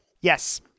Yes